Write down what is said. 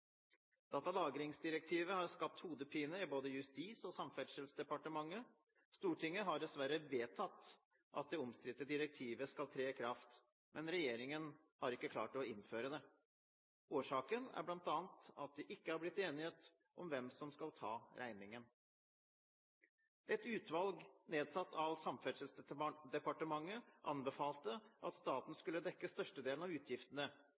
Datalagringsdirektivet har skapt hodepine i både Justisdepartementet og Samferdselsdepartementet. Stortinget har dessverre vedtatt at det omstridte direktivet skal tre i kraft, men regjeringen har ikke klart å innføre det. Årsaken er bl.a. at det ikke er blitt enighet om hvem som skal ta regningen. Et utvalg nedsatt av Samferdselsdepartementet anbefalte at staten skulle dekke størstedelen av utgiftene,